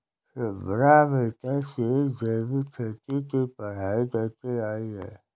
Shubhra America से जैविक खेती की पढ़ाई करके आई है